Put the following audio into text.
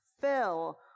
fill